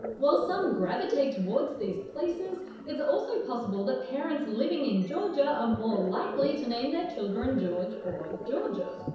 while some gravitate towards these places, it's also possible that parents living in georgia are more likely to name their children george or georgia.